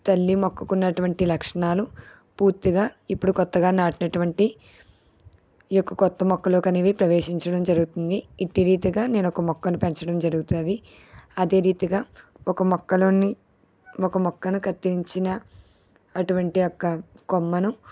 తల్లి మొక్కుకు ఉన్నటువంటి లక్షణాలు పూర్తిగా ఇప్పుడు కొత్తగా నాటినటువంటి ఈ యొక్క కొత్త మొక్కలోకి ప్రవేశించడం జరుగుతుంది ఇట్టి రీతిగా నేను ఒక మొక్కను పెంచడం జరుగుతుంది అదే రీతిగా ఒక మొక్కలోని ఒక మొక్కను కత్తిరించిన అటువంటి యొక్క కొమ్మను